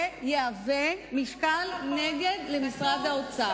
זה יהווה משקל נגד למשרד האוצר.